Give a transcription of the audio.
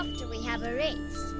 after we have a race!